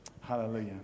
Hallelujah